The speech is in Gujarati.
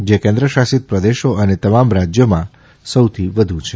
જે કેન્દ્રશાસિત પ્રદેશો અને તમામ રાજયોમાં સૌથી વધુ છે